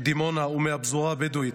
מדימונה ומהפזורה הבדואית,